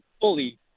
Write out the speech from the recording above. fully